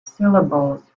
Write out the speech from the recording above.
syllables